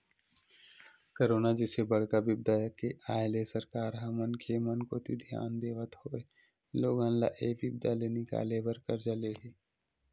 corona जइसे बड़का बिपदा के आय ले सरकार ह मनखे मन कोती धियान देवत होय लोगन ल ऐ बिपदा ले निकाले बर करजा ले हे